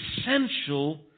essential